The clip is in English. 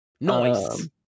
Nice